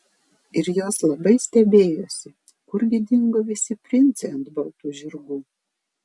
ir jos labai stebėjosi kurgi dingo visi princai ant baltų žirgų